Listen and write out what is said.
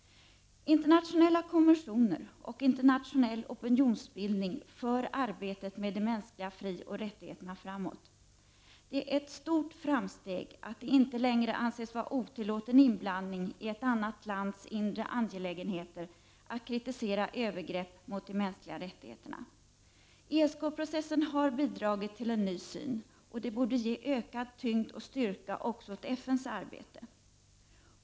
Internationella konventioner och internationell opinionsbildning för arbetet med de mänskliga frioch rättigheterna framåt. Det är ett stort framsteg att det inte längre anses vara otillåten inblandning i ett annat lands inre angelägenheter att kritisera övergrepp mot de mänskliga rättigheterna. ESK-processen har bidragit till en ny syn. Detta borde ge ökad tyngd och styrka också åt FN:s arbete.